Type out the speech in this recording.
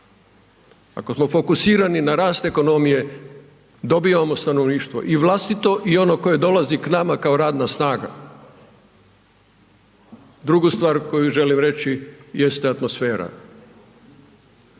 ako smo fokusirani na rast ekonomije dobijamo stanovništvo i vlastito i ono koje dolazi k nama kao radna snaga. Drugu stvar koju želim reći, jeste atmosfera.